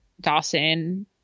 Dawson